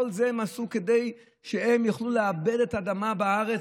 את כל זה הם עשו כדי שהם יוכלו לעבד את האדמה בארץ,